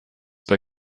bei